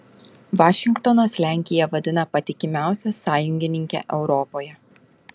vašingtonas lenkiją vadina patikimiausia sąjungininke europoje